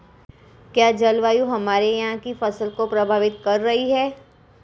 क्या जलवायु हमारे यहाँ की फसल को प्रभावित कर रही है?